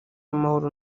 w’amahoro